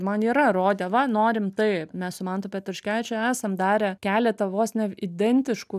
man yra rodę va norim taip mes su mantu petruškevičiu esam darę keletą vos ne identiškų